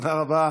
תודה רבה,